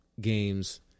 games